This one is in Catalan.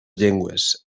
llengües